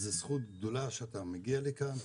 זה זכות גדולה שאתה מגיע לכאן,